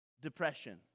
Depression